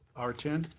r twenty